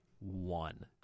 one